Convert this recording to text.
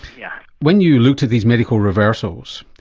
yeah when you looked at these medical reversals,